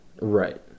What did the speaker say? Right